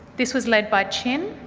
this was led by chin,